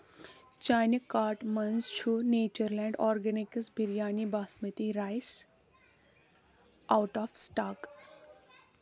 چانہِ کارٹ مَنٛز چھُ Natureland organics biryani basmati rice out of stock